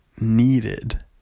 needed